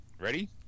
Ready